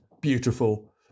beautiful